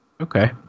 okay